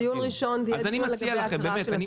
דיון ראשון ויהיה דיון הקראה של הסעיפים.